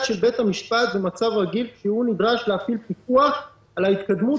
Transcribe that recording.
של בית המשפט במצב רגיל כשהוא נדרש להפעיל פיקוח על ההתקדמות